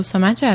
વધુ સમાચાર